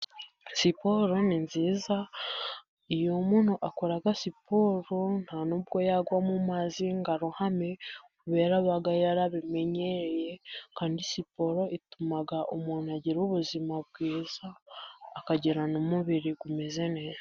Siporo ni nziza, iyo umuntu akora siporo nta nubwo yagwa mu mazi ngo arohame kubera ko aba yarabimenyereye, kandi siporo ituma umuntu agira ubuzima bwiza akagira n'umubiri umeze neza.